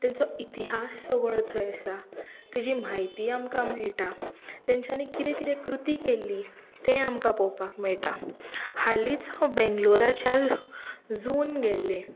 तेंचो इतिहास सगळो थंय आसा तेजी म्हायती आमकां मेळटा तेंच्यांनी कितें कितें कृती केल्ली तें आमकां पोवपाक मेळटा हालींच हांव बेंगलोराच्या झून गेल्लें